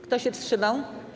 Kto się wstrzymał?